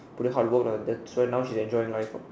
put in hard work lah that's why now she's enjoying life [what]